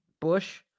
Bush